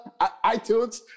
iTunes